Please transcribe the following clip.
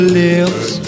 lips